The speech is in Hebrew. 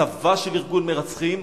צבא של ארגון מרצחים,